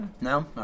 No